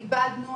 איבדנו,